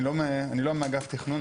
אני לא מאגף תכנון,